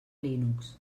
linux